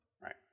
Right